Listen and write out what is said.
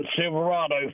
Silverado